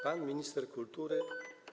Pan, minister kultury?